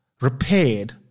repaired